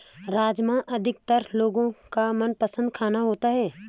राजमा अधिकतर लोगो का मनपसंद खाना होता है